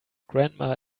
grandma